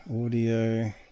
audio